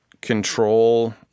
control